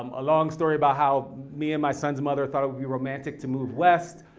um a long story about how me and my son's mother thought it would be romantic to move west,